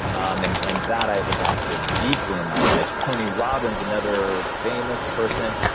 um and and that, i have adopted deeply in my life tony robbins, another famous person,